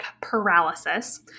paralysis